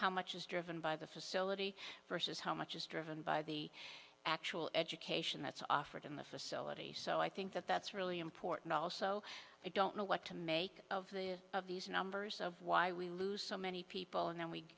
how much is driven by the facility versus how much is driven by the actual education that's offered in the facility so i think that that's really important also i don't know what to make of the of these numbers of why we lose so many people and